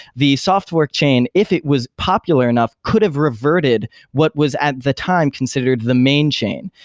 the software chain, if it was popular enough, could have reverted what was at the time considered the main chain.